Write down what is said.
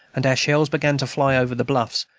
and our shells began to fly over the bluffs,